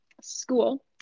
school